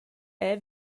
era